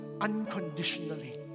unconditionally